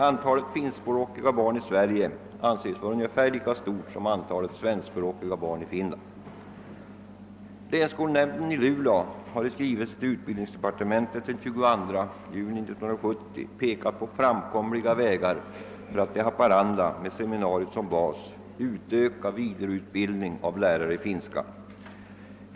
Antalet finskspråkiga barn i Sverige anses vara ungefär lika stort som antalet svenskspråkiga barn i Finland. Länsskolnämnden i Luleå har i skrivelse till utbildningsdepartementet den 22 juni 1970 pekat på framkomliga vägar för att i Haparanda med seminariet som bas utöka vidareutbildningen av lärare i finska.